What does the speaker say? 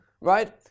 right